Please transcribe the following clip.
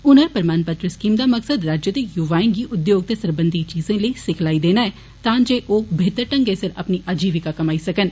हुनर प्रमाण पत्र स्कीम दा मकसद राज्य दे युवाएं गी उद्योग ते सरबंधी सिखलाई देना ऐ तां जे ओ बेहतर ढंगै सिर अपनी आजीविका कमाई सकन